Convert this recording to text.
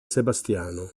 sebastiano